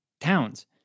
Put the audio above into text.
towns